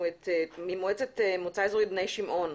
ממועצה אזורית בני שמעון.